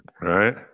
Right